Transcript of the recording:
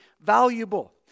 valuable